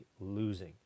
losing